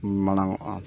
ᱢᱟᱲᱟᱝᱚᱜᱼᱟ